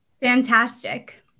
Fantastic